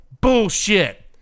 bullshit